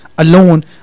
alone